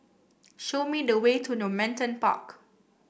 show me the way to Normanton Park